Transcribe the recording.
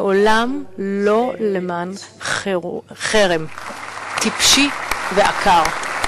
לעולם לא למען חרם טיפשי ועקר.